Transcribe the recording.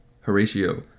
Horatio